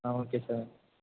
ah okay sir